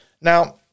now